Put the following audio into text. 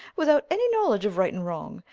without any knowledge of right and wrong,